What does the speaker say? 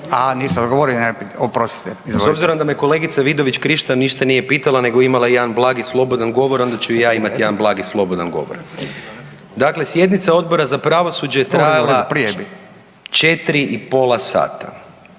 **Jakšić, Mišel (SDP)** S obzirom da me kolegica Vidović Krišto ništa nije pitala nego je imala jedan blagi slobodan govor, onda ću i ja imati jedan blagi slobodan govor. Dakle, sjednica Odbora za pravosuđe .../Upadica se